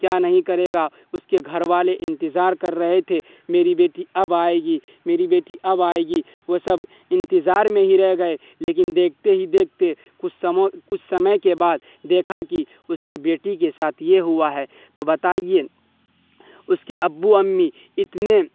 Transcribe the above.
کیا نہیں کرے گا اس کے گھر والے انتظار کر رہے تھے میری بیٹی اب آئے گی میری بیٹی اب آئے گی وہ سب انتظار میں ہی رہ گئے لیکن دیکھتے ہی دیکھتے کچھ کچھ سمے کے بعد دیکھا کہ اس کی بیٹی کے ساتھ یہ ہوا ہے تو بتائیے اس کے ابو امی اتنے